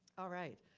all right.